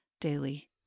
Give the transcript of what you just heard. daily